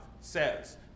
says